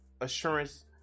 assurance